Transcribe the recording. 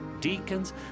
deacons